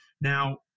now